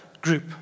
group